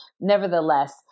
nevertheless